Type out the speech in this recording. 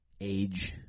age